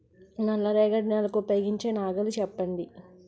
నల్ల రేగడి నెలకు ఉపయోగించే నాగలి చెప్పండి?